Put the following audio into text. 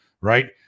right